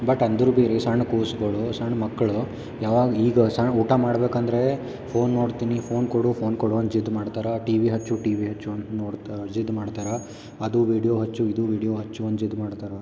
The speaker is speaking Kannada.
ಬಟ್ ಅಂದರ ಬಿ ರಿ ಸಣ್ಣ ಕೂಸ್ಗಳು ಸಣ್ಣ ಮಕ್ಕಳು ಯಾವಾಗ ಈಗ ಸಣ್ಣ ಊಟ ಮಾಡ್ಬೇಕು ಅಂದರೆ ಫೋನ್ ನೋಡ್ತೀನಿ ಫೋನ್ ಕೊಡು ಫೋನ್ ಕೊಡು ಅಂದು ಜಿದ್ ಮಾಡ್ತಾರೆ ಟಿವಿ ಹಚ್ಚು ಟಿವಿ ಹಚ್ಚುಅಂತ ನೋಡ್ತಾ ಜಿದ್ ಮಾಡ್ತಾರೆ ಅದು ವಿಡಿಯೋ ಹಚ್ಚು ಇದು ವಿಡಿಯೋ ಹಚ್ಚು ಅಂದು ಜಿದ್ ಮಾಡ್ತಾರೆ